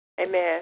Amen